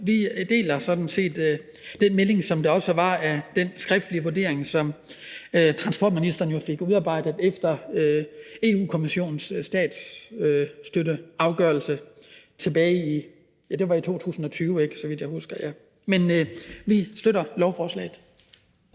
set den melding, som var i den skriftlige vurdering, som transportministeren fik udarbejdet efter Europa-Kommissionens statsstøtteafgørelse tilbage i 2020, så vidt jeg husker.